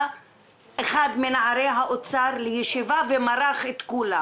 בא אחד מנערי האוצר לישיבה ומרח את כולם